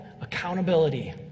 accountability